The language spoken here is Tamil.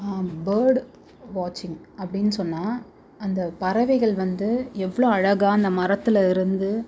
பேர்டு வாட்ச்சிங் அப்படின்னு சொன்னால் அந்த பறவைகள் வந்து எவ்வளோ அழகாக அந்த மரத்தில் இருந்து